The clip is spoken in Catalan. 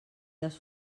les